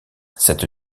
cette